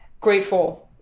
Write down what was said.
grateful